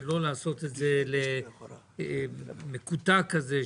ולא לעשות את זה מקוטע כזה,